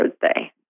birthday